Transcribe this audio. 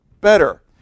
better